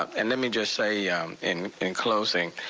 and let me just say in in closing,